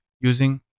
using